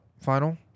final